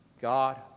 God